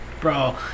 bro